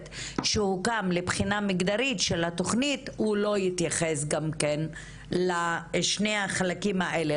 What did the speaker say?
שהוקם לבחינה מגדרית של התוכנית הוא לא התייחס לשני החלקים האלה,